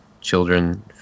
children